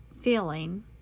feeling